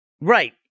Right